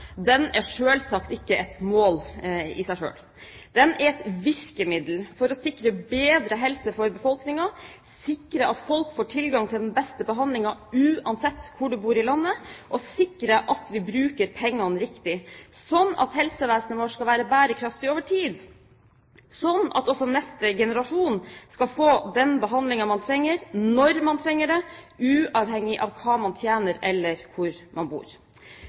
Den er et virkemiddel for å sikre bedre helse for befolkningen, sikre at folk får tilgang til den beste behandlingen uansett hvor de bor i landet, og sikre at vi bruker pengene riktig, slik at helsevesenet vårt kan være bærekraftig over tid – slik at også neste generasjon skal få den behandlingen man trenger når man trenger det, uavhengig av hva man tjener, eller hvor man bor.